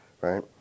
Right